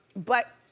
but,